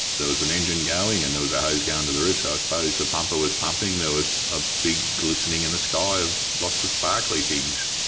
there was an engine going and there was a hose going to the roof, so i suppose the pumper was pumping, there was a big glistening in the sky of lots of sparkly things.